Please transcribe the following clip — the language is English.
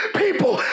people